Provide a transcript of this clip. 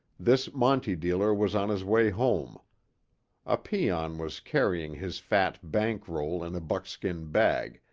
this monte dealer was on his way home a peon was carrying his fat bank roll in a buckskin bag,